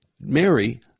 Mary